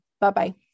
Bye-bye